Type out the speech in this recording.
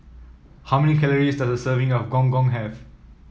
how many calories does a serving of Gong Gong have